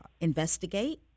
investigate